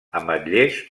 ametllers